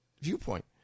viewpoint